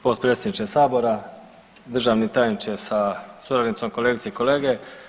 Potpredsjedniče sabora, državni tajniče sa suradnicom, kolegice i kolege.